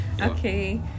Okay